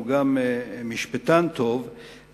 שהוא גם משפטן טוב,